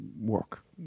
work